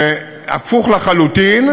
זה הפוך לחלוטין,